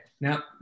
now